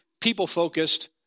people-focused